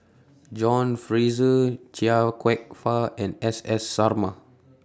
John Fraser Chia Kwek Fah and S S Sarma